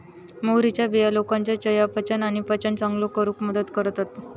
मोहरीच्या बिया लोकांच्या चयापचय आणि पचन चांगलो करूक मदत करतत